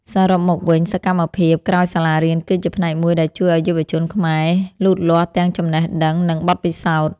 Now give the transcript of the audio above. សរុបមកវិញសកម្មភាពក្រោយសាលារៀនគឺជាផ្នែកមួយដែលជួយឱ្យយុវជនខ្មែរលូតលាស់ទាំងចំណេះដឹងនិងបទពិសោធន៍។